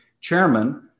chairman